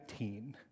19